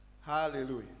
Hallelujah